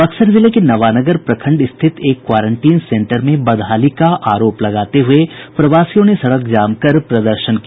बक्सर जिले के नवानगर प्रखंड स्थित एक क्वारेंटीन सेन्टर में बदहाली का आरोप लगाते हुये प्रवासियों ने सड़क जाम कर प्रदर्शन किया